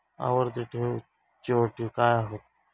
आवर्ती ठेव च्यो अटी काय हत?